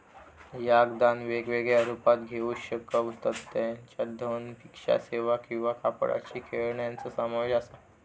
याक दान वेगवेगळ्या रुपात घेऊ शकतव ज्याच्यात धन, भिक्षा सेवा किंवा कापडाची खेळण्यांचो समावेश असा